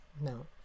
No